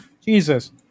Jesus